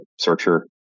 searcher